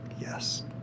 Yes